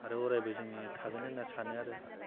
आरो अरायबो जोंनिनो थागोन होनना सानो आरो